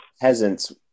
peasants